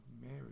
Mary